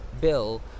bill